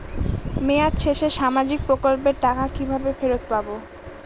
মেয়াদ শেষে সামাজিক প্রকল্পের টাকা কিভাবে ফেরত পাবো?